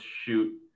shoot